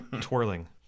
twirling